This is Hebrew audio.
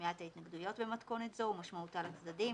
לשמיעת ההתנגדויות במתכונת זו ומשמעותה לצדדים,